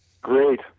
Great